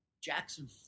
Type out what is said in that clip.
Jackson